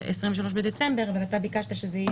ולאחר שהתקיים